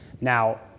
Now